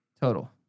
Total